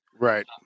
Right